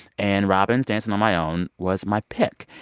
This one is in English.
and robyn's dancing on my own was my pick.